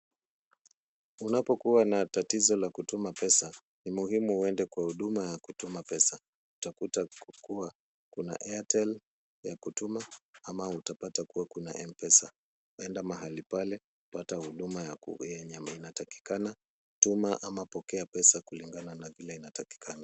Unapokuwa na tatizo la kutuma pesa, ni muhimu uende kwa huduma ya kutuma pesa. Utakuta kuwa, kuna Airtel ya kutuma ama utapata kuwa kuna M-Pesa. Enda mahali pale kupata huduma yenye inatakikana, tuma ama pokea pesa kulingana na vile inatakikana.